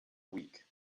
week